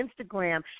Instagram